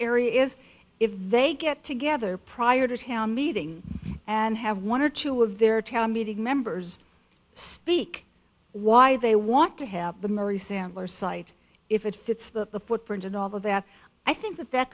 area is if they get together prior to town meeting and have one or two of their town meeting members speak why they want to have the murray sandler site if it fits that the footprint and all that i think that that